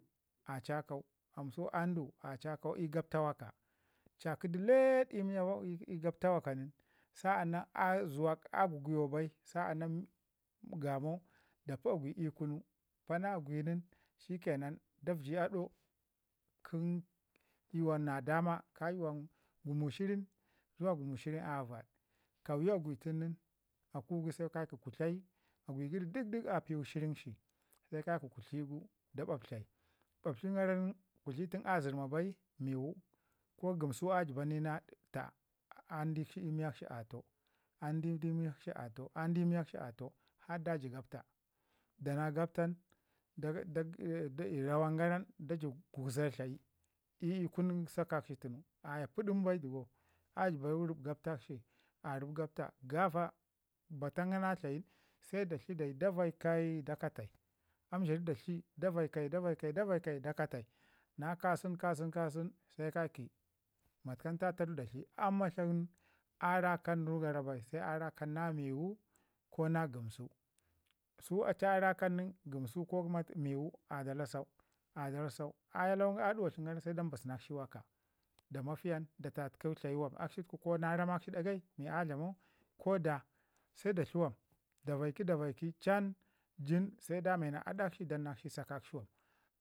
a chakau andu a chakau i gapta woka, chakidu ləd ii gabta woka nin sa'anan zuwak a gwaggəyau bai sa'anan gamau da pi agwai ii kunu pa na agwi ne shikkenan davji aɗau kə yawan na dama ka yuwan gumu shirin ko yuwan gumu shirin ayawo vaɗ kauyi agwi tun nin da ku gu see ka ki kutlai, agwai gəri duk duk a piwu shirin shi se ka ki kutii gu da ɓaɓtlai. Baɓtlin gara nin kutli tun a zərma bai miwu ko yəmsu a ji ba ni na taa andikshi miyakshi a tau andi miyakshi atau andi miyakshi atau, har da ji gabta. Da na gabtan "da da a" rawan garan da jəb gugza tlayi ii kun sakakshi tunu aya pədəm bai a jəba rəb gabtakshi gabtakshi rab gabta, gafa bata na tlayin se da tli dayi da baikai da katai ansharu dayi davaikai kasen se ka ki matkam tataru da tli a rakam rugara bai se a rakan na miwu ko na gəmsu. Su a ci a rakan nin gamsu ko miwu a dalasau a dalasau a lawangu a duwatli garan se da mbasu nakshi da woka, da matiyan da tatəkau tlayi wam akshi tuku ko na ramakshi ɗai mi a dlamau ko daa se da tli wam davaiki da vaiki chan jin se da me na aɗakshi se dannakshi sakakshi wam.